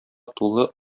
тулы